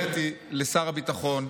הראיתי לשר הביטחון,